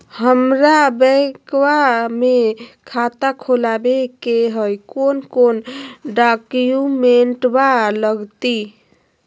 हमरा बैंकवा मे खाता खोलाबे के हई कौन कौन डॉक्यूमेंटवा लगती?